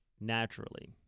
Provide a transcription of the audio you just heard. naturally